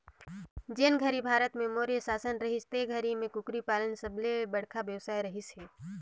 जेन घरी भारत में मौर्य सासन रहिस ते घरी में कुकरी पालन सबले बड़खा बेवसाय रहिस हे